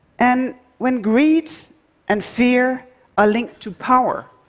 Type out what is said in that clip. and when greed and fear are linked to power,